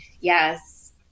yes